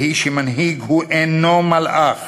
והיא שמנהיג אינו מלאך